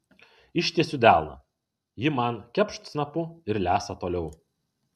ištiesiu delną ji man kepšt snapu ir lesa toliau